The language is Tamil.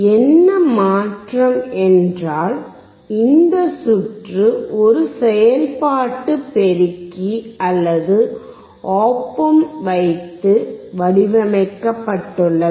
என்ன மாற்றம் என்றால் இந்த சுற்று ஒரு செயல்பாட்டு பெருக்கி அல்லது ஒப் ஆம்ப் வைத்து வடிவமைக்கப்பட்டுள்ளது